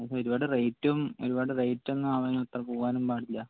ഒരുപാട് റേറ്റും ഒരുപാട് റേറ്റൊന്നും ആവാനും അത്ര പോവാനും പാടില്ല